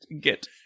get